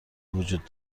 وجود